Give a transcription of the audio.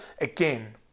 again